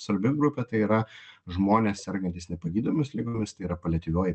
svarbi grupė tai yra žmonės sergantys nepagydomomis ligomis tai yra paliatyvioji